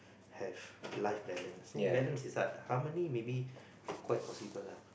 have life balance so balance is like harmony maybe quite possible lah